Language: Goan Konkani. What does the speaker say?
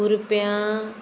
कुरप्यां